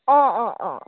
अँ अँ अँ